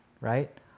right